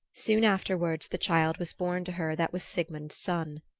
soon afterwards the child was born to her that was sigmund's son.